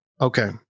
Okay